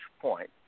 point